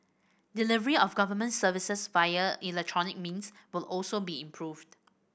delivery of government services via electronic means also be improved